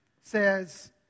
says